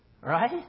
Right